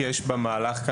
יש במהלך,